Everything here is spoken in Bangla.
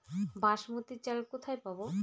বাসমতী চাল কোথায় পাবো?